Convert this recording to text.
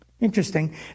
Interesting